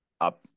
up